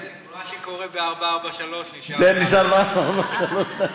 מה שקורה ב-443 נשאר ב-443.